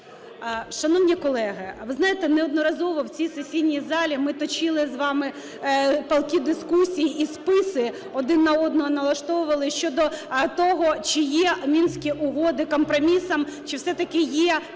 Шановні колеги, ви знаєте, неодноразово в цій сесійній залі ми точили з вами палкі дискусії і списи один на одного налаштовували щодо того, чи є Мінські угоди компромісом, чи, все-таки, є